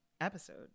episode